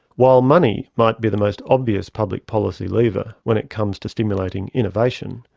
while money might be the most obvious public policy lever when it comes to stimulating innovation,